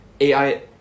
AI